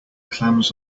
clams